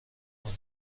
کنم